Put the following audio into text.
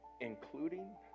including